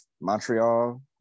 Montreal